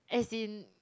as in